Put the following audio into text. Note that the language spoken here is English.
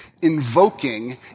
invoking